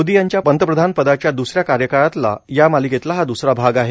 मोदी यांच्या पंतप्रधानपदाच्या दुसऱ्या कार्यकाळातला या मालिकेचा हा द्सरा भाग आहे